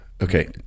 Okay